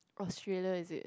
Australia is it